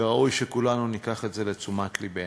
וראוי שכולנו ניקח את זה לתשומת לבנו.